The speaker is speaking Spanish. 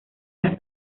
las